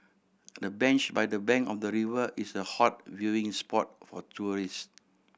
the bench by the bank of the river is a hot viewing spot for tourist